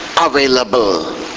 available